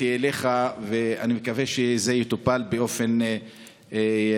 אליך ואני מקווה שזה יטופל באופן מיידי,